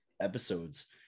episodes